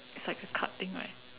it's like a card thing right